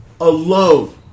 alone